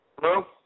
Hello